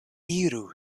iru